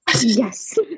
Yes